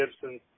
Gibson